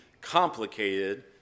complicated